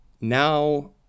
Now